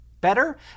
better